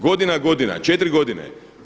Godina, godina, 4 godine.